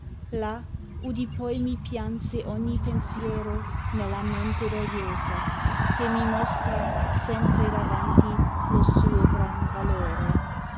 u dipoi mi pianse ogni pensiero nella mente dogliosa che mi mostra sempre davanti lo suo gran valore